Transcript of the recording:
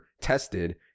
tested